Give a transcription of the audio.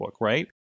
right